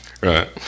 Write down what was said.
Right